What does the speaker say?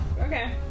Okay